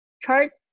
charts